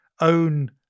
own